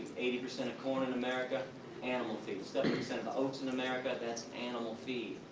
eighty percent of corn in america animal feed. seventy percent of oats in america that's animal feed.